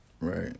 Right